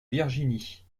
virginie